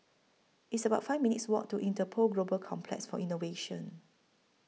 It's about five minutes' Walk to Interpol Global Complex For Innovation